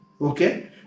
Okay